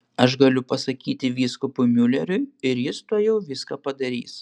aš galiu pasakyti vyskupui miuleriui ir jis tuojau viską padarys